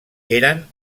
eren